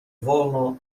wolno